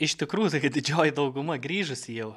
iš tikrųjų tokia didžioji dauguma grįžusi jau